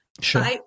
Sure